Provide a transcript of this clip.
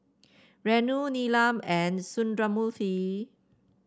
Renu Neelam and Sundramoorthy